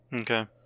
Okay